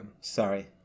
sorry